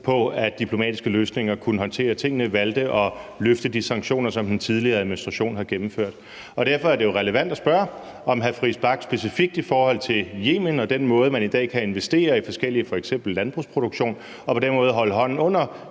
på, at diplomatiske løsninger kunne håndtere tingene, valgte at løfte de sanktioner, som den tidligere administration har gennemført. Derfor er det jo relevant at spørge, om hr. Christian Friis Bach og hans parti – specifikt i forhold til Yemen og den måde, man i dag kan investere i forskellige ting på, f.eks. landbrugsproduktion, og på den måde holde hånden under